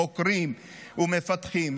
חוקרים ומפתחים,